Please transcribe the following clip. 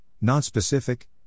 non-specific